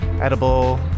edible